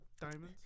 diamonds